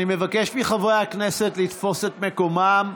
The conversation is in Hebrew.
אני מבקש מחברי הכנסת לתפוס את מקומם.